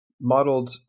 modeled